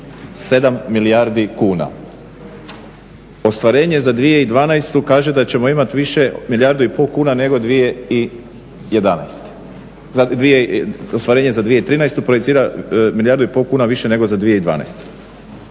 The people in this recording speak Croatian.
7 milijardi kuna. Ostvarenje za 2012. kaže da ćemo imat više milijardu i pol kuna nego 2011., ostvarenje za 2013. projicira milijardu i pol kuna više nego za 2012.